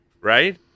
Right